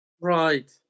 Right